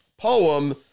poem